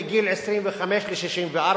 בגיל 25 64,